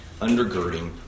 undergirding